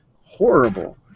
horrible